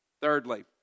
Thirdly